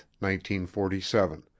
1947